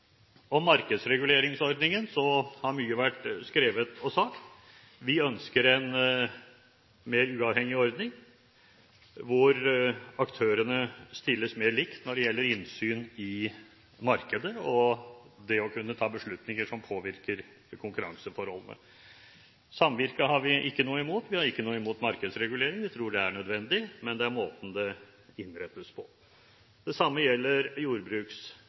Om markedsreguleringsordningen har det vært skrevet og sagt mye. Vi ønsker en mer uavhengig ordning hvor aktørene stilles mer likt når det gjelder innsyn i markedet, og det å kunne ta beslutninger som påvirker konkurranseforholdene. Samvirket har vi ikke noe imot. Vi har ikke noe imot markedsregulering. Vi tror det er nødvendig, men det er måten det innrettes på. Det samme gjelder